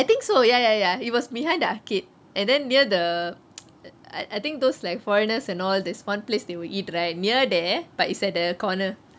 I think so ya ya ya it was behind the arcade and then near the I I think those like foreigners and all there's one place they will eat right near there but it's at the corner